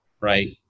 right